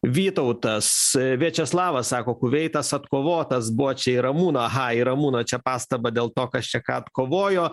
vytautas viečeslavas sako kuveitas atkovotas bočiai ramūno aha į ramūno čia pastabą dėl to kas čia ką atkovojo